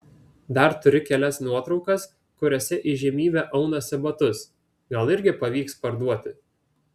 dar turi kelias nuotraukas kuriose įžymybė aunasi batus gal irgi pavyks parduoti